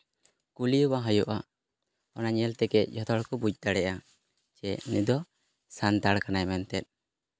ᱠᱩᱞᱤ ᱦᱚᱸ ᱵᱟᱝ ᱦᱩᱭᱩᱜᱼᱟ ᱚᱱᱟ ᱧᱮᱞ ᱛᱮᱜᱮ ᱡᱚᱛᱚ ᱦᱚᱲ ᱠᱚ ᱵᱩᱡᱽ ᱫᱟᱲᱮᱭᱟᱜᱼᱟ ᱡᱮ ᱱᱩᱭ ᱫᱚ ᱥᱟᱱᱛᱟᱲ ᱠᱟᱱᱟᱭ ᱢᱮᱱᱛᱮ